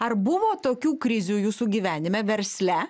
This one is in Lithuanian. ar buvo tokių krizių jūsų gyvenime versle